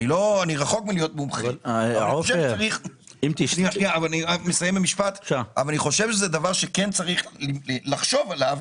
אני רחוק מלהיות מומחה אבל אני חושב שזה דבר שכן צריך לחשוב עליו.